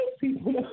people